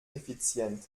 effizient